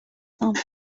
some